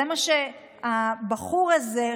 זה מה שהבחור הזה,